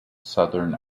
southern